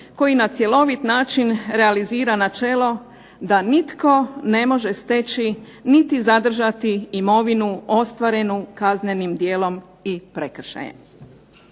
koji na cjelovit način realiziran načelo da nitko ne može steći niti zadržati imovinu ostvarenu kaznenim djelom i prekršajem.